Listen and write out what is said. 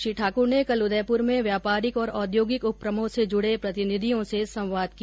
श्री ठाकुर ने कल उदयपुर में व्यापारिक और औद्योगिक उपकमों से जुडे प्रतिनिधियों से संवाद किया